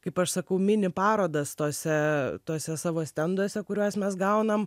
kaip aš sakau mini parodas tose tose savo stenduose kuriuos mes gaunam